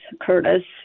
Curtis